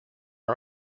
are